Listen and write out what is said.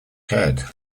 head